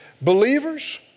believers